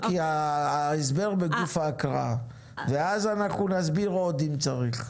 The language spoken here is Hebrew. כי ההסבר בגוף ההקראה ואז אנחנו נסביר עוד אם צריך,